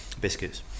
Biscuits